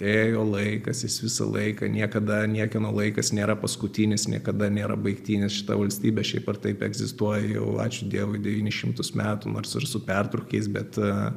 ėjo laikas jis visą laiką niekada niekieno laikas nėra paskutinis niekada nėra baigtinis šita valstybė šiaip ar taip egzistuoja jau ačiū dievui devynis šimtus metų nors ir su pertrūkiais bet